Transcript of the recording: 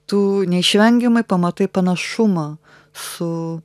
tu neišvengiamai pamatai panašumą su